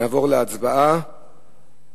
נעבור להצבעה